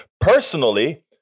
Personally